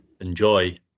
enjoy